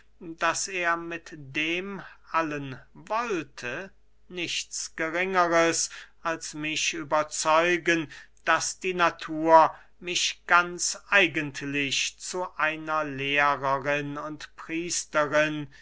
daß er mit dem allen wollte nichts geringeres als mich überzeugen daß die natur mich ganz eigentlich zu einer lehrerin und priesterin